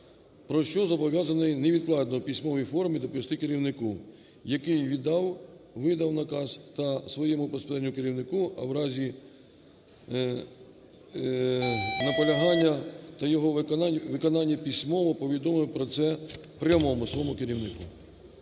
про що зобов'язаний невідкладно в письмовій формі доповісти керівнику, який віддав (видав) наказ, та своєму безпосередньому керівникові, а в разі наполягання на його виконанні – письмово повідомити про це прямому своєму керівнику.